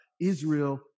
Israel